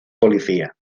policía